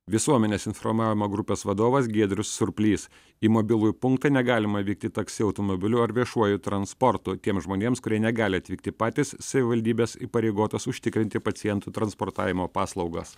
visuomenės informavimo grupės vadovas giedrius surplys į mobilųjį punktą negalima vykti taksi automobiliu ar viešuoju transportu tiems žmonėms kurie negali atvykti patys savivaldybės įpareigotos užtikrinti pacientų transportavimo paslaugas